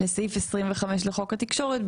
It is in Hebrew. לסעיף 25 לחוק התקשורת,